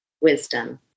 wisdom